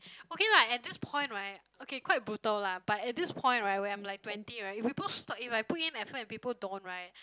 okay lah at this point right okay quite brutal lah but at this point right when I'm like twenty right if people stop if I put in effort and people don't right